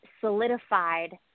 solidified